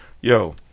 yo